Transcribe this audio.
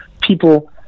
people